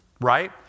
Right